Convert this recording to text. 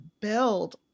build